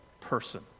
person